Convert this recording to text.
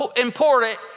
important